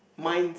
minds